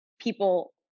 people